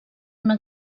una